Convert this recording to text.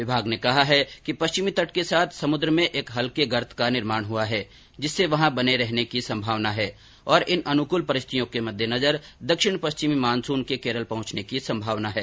विभाग ने कहा कि पश्चिमी तट के साथ समुद्र में एक हल्के गर्त का निर्माण हुआ है जिसके वहां बने रहने की संभावना है और इन अनुकूल परिस्थितियों के मद्देनजर दक्षिण पश्चिम मानसून के केरल पहुंचने की संभावना है